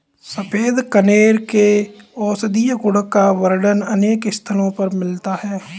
सफेद कनेर के औषधीय गुण का वर्णन अनेक स्थलों पर मिलता है